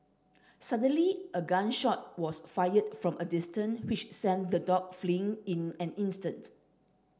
suddenly a gun shot was fired from a distance which sent the dog fleeing in an instant